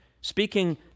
speaking